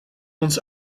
ons